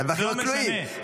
על הרווחים הכלואים, זה לא משנה.